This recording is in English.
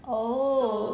oh